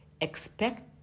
expect